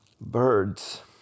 Birds